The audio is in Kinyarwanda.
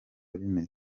bimeze